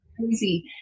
crazy